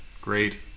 great